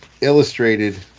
illustrated